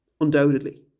Undoubtedly